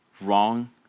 wrong